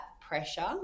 pressure